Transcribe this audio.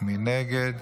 מי נגד?